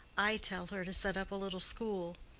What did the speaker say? i tell her to set up a little school.